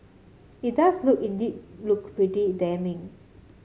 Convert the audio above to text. it does look indeed look pretty damning